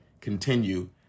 continue